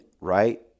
right